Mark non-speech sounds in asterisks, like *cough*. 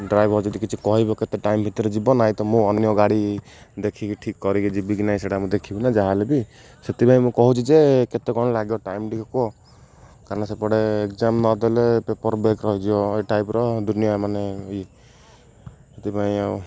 driver ଯଦି କିଛି କହିବ କେତେ ଟାଇମ୍ ଭିତରେ ଯିବ ନାହିଁ ତ ମୁଁ ଅନ୍ୟ ଗାଡ଼ି ଦେଖିକି ଠିକ୍ କରିକି ଯିବିକି ନାଇଁ ସେଇଟା ମୁଁ ଦେଖିବି ନା ଯାହା ହେଲେ ବି ସେଥିପାଇଁ ମୁଁ କହୁଛି ଯେ କେତେ କ'ଣ ଲାଗିବ ଟାଇମ୍ ଟିକେ କୁହ କାରଣ ସେପଟେ ଏକ୍ଜାମ୍ ନଦେଲେ ପେପର୍ ବ୍ରେକ୍ ରହିଯିବ ଏଇ ଟାଇପ୍ର ଦୁନିଆ ମାନେ *unintelligible* ସେଥିପାଇଁ ଆଉ